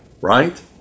right